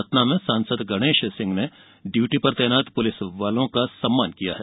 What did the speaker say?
सतना में सांसद गणेश सिंह ने डयूटी पर तैनात पुलिस वालों का सम्मान किया है